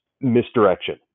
misdirection